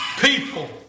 people